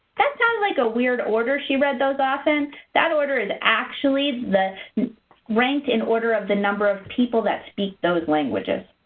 that sounds like a weird order she read those off in, and that order is actually the rank in order of the number of people that speak those languages.